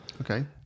Okay